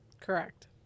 Correct